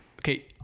Okay